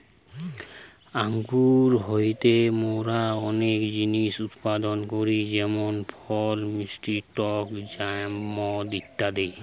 আঙ্গুর হইতে মোরা অনেক জিনিস উৎপাদন করি যেমন ফল, মিষ্টি টক জ্যাম, মদ ইত্যাদি